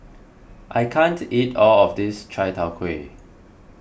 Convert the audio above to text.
I can't eat all of this Chai Tow Kway